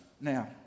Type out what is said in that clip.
now